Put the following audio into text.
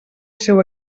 seu